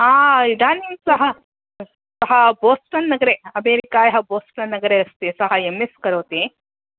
इदानीं सः सः बोस्टन्नगरे अमेरिकायाः बोस्टन्नगरे अस्ति सः एम् एस् करोति